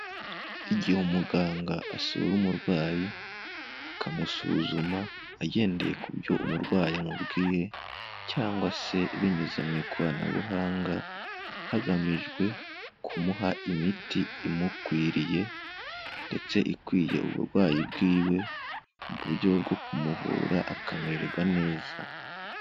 Igihe umuganga asura umurwayi, akamusuzuma agendeye ku byo umurwayi amubwiye cyangwa se binyuze mu ikoranabuhanga, hagamijwe kumuha imiti imukwiriye ndetse ikwiye uburwayi bwiwe, mu buryo bwo kumuvura akamererwa neza.